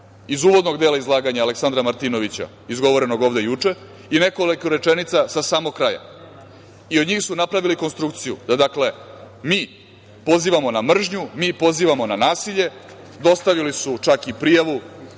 iz uvodnog dela izlaganja Aleksandra Martinovića, izgovorenog ovde juče i nekoliko rečenica sa samog kraja. Od njih su napravili konstrukciju da mi pozivamo na mržnju, mi pozivamo na nasilje. Dostavili su čak i prijavu,